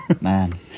Man